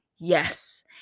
Yes